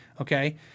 Okay